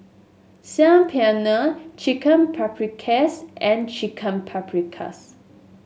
Saag Paneer Chicken Paprikas and Chicken Paprikas